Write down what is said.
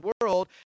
world